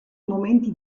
momenti